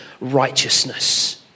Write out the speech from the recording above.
righteousness